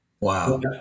Wow